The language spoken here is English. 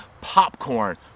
popcorn